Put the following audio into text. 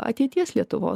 ateities lietuvos